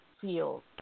feel